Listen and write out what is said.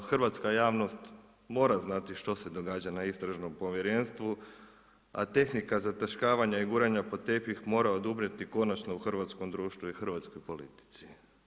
Hrvatska javnost mora znati što se događa na istražnom povjerenstvu, a tehnika zataškavanja i guranja pod tepih mora odumrijeti konačno u hrvatskom društvu u hrvatskoj politici.